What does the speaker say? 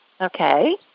Okay